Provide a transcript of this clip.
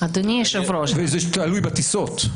וזה תלוי בטיסות.